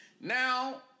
Now